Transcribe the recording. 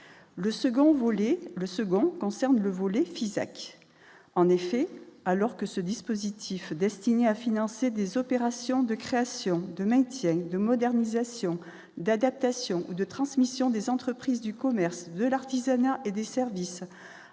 le second concerne le volet Fisac, en effet, alors que ce dispositif destiné à financer des opérations de créations de maintiennent de modernisation et d'adaptation de transmission des entreprises du commerce, de l'artisanat et des services